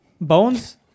Bones